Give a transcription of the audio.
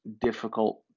difficult